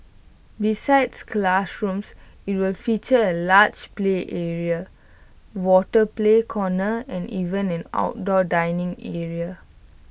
besides classrooms IT will feature A large play area water play corner and even an outdoor dining area